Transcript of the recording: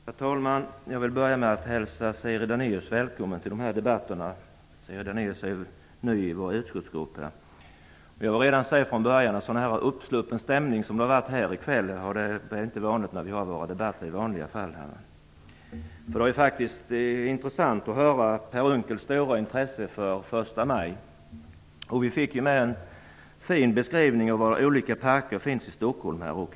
Herr talman! Jag vill börja med att hälsa Siri Dannaeus välkommen till debatten. Siri Dannaeus är ny i utskottsgruppen. Sådan uppsluppen stämning som vi har haft här i kväll är inte vanlig i våra debatter. Det var intressant att höra om Per Unckels stora intresse för första maj. Vi fick en fin beskrivning av de parker som finns i Stockholm.